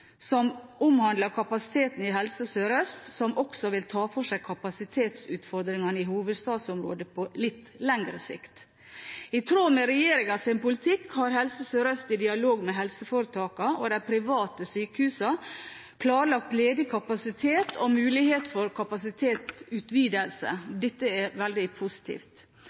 som omhandler kapasiteten i Helse Sør-Øst, og som også vil ta for seg kapasitetsutfordringene i hovedstadsområdet på litt lengre sikt. I tråd med regjeringens politikk har Helse Sør-Øst, i dialog med helseforetakene og de private sykehusene, klarlagt ledig kapasitet og muligheten for kapasitetsutvidelse. Dette er veldig positivt.